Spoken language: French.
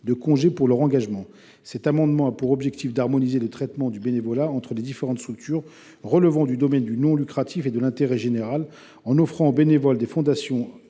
de congés au titre de leur engagement. Cet amendement a donc pour objectif d’harmoniser le traitement du bénévolat entre les différentes structures relevant du domaine non lucratif et de l’intérêt général, en offrant aux bénévoles des fondations